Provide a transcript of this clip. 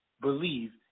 believe